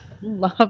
Love